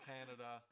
Canada